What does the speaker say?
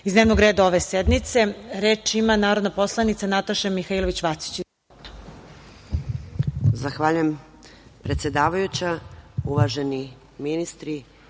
iz dnevnog reda ove sednice. Reč ima narodna poslanica Nataša Mihailović Vacić.